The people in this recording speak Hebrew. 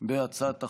בהצעת החוק,